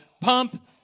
Pump